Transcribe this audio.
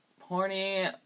horny